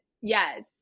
yes